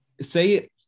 say